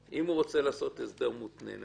אם הוא רוצה לעשות הסדר מותנה,